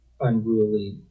unruly